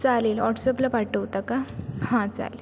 चालेल ऑट्सअपला पाठवता का हां चालेल